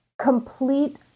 complete